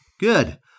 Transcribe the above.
Good